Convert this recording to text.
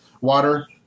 water